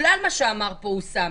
בגלל מה שאמר פה אוסאמה,